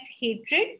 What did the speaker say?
hatred